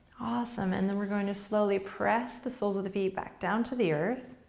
awesome. and then we're gonna slowly press the soles of the feet back down to the earth,